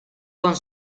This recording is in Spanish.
con